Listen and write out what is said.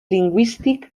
lingüístic